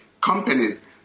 companies